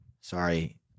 Sorry